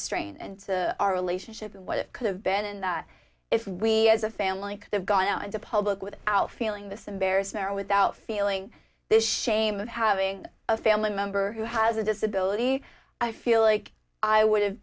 strange and our relationship and what it could have been and that if we as a family could have gone out into public without feeling this embarrassment or without feeling this shame of having a family member who has a disability i feel like i would have